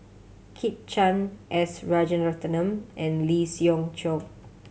Kit Chan S Rajaratnam and Lee Siew Choh